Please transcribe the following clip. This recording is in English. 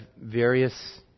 various